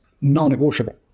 non-negotiable